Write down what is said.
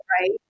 right